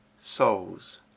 souls